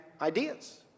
ideas